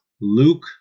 Luke